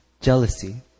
jealousy